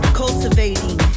cultivating